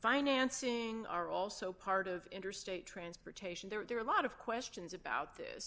financing are also part of interstate transportation there are a lot of questions about this